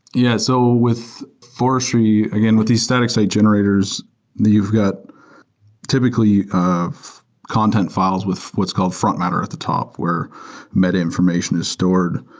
yeah. so with forestry, again, with the static side generators that you've got typically of content files with what's called front matter at the top where meta information is stored.